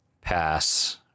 pass